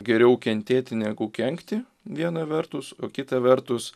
geriau kentėti negu kenkti viena vertus o kita vertus